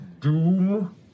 Doom